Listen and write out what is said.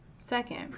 second